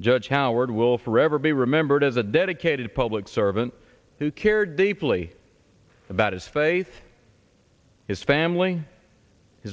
judge howard will forever be remembered as a dedicated public servant who cared deeply about his faith his family his